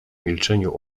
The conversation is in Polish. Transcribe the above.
milczeniu